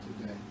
today